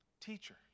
teacher